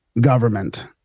government